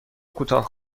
کوتاه